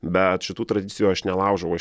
bet šitų tradicijų aš nelaužau aš